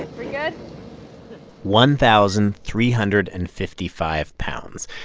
we're yeah but one thousand, three hundred and fifty-five pounds.